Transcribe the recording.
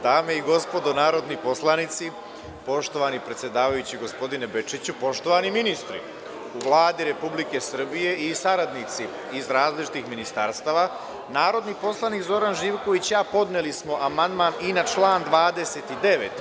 Dame i gospodo narodni poslanici, poštovani predsedavajući gospodine Bečiću, poštovani ministri u Vladi Republike Srbije i saradnici iz različitih ministarstava, narodni poslanik Zoran Živković i ja podneli smo amandman i na član 29.